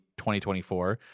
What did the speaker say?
2024